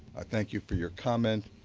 i thank you for your comment.